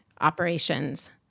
operations